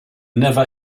never